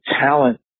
talent